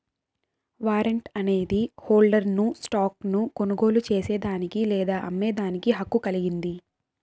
warrant అనేది హోల్డర్ను stock ను కొనుగోలు చేసేదానికి లేదా అమ్మేదానికి హక్కు కలిగింది